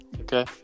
okay